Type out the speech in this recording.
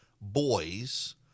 boys